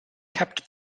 kept